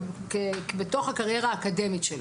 בתוך הקריירה האקדמית שלו.